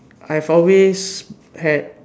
I've always had